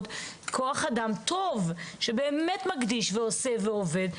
כוח אדם טוב שבאמת מקדיש ועושה ועובד,